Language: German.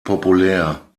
populär